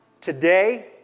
today